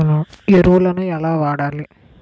ఎరువులను ఎలా వాడాలి?